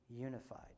unified